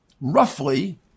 roughly